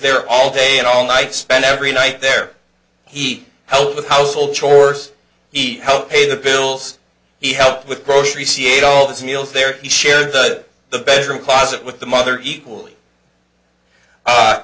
there all day and all night spend every night there heat help with household chores eat help pay the bills he helped with grocery she ate all those meals there he shared the bedroom closet with the mother equally